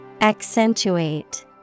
Accentuate